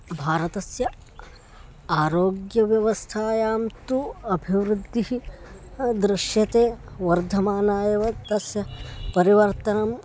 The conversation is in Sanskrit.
भारतस्य आरोग्यव्यवस्थायाः तु अभिवृद्धिः दृश्यते वर्धमाना एव तस्य परिवर्तनम्